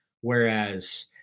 Whereas